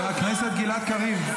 חבר הכנסת שטרן.